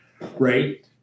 right